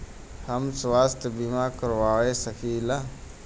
हम स्वास्थ्य बीमा करवा सकी ला?